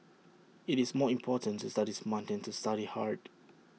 IT is more important to study smart than to study hard